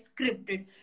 scripted